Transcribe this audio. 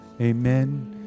Amen